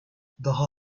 daha